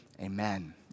amen